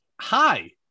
hi